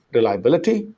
reliability,